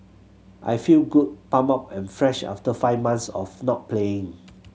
I feel good pumped up and fresh after five months of not playing